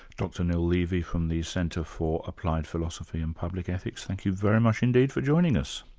dr neil levy from the centre for applied philosophy and public ethics, thank you very much indeed for joining us.